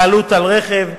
בעלות על רכב,